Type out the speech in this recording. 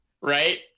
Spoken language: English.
Right